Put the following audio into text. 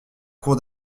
cour